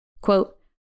Quote